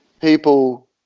people